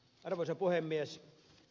arvoisa puhemies